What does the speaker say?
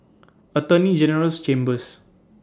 Attorney General's Chambers